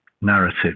narrative